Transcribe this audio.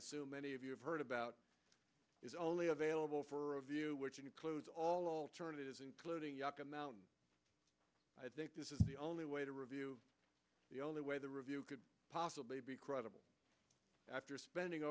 assume many of you have heard about is only available for a view which includes all alternatives including yucca mountain i think this is the only way to review the only way the review could possibly be credible after spending